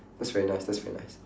that's very nice that's very nice